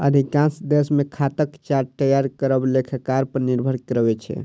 अधिकांश देश मे खाताक चार्ट तैयार करब लेखाकार पर निर्भर करै छै